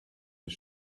his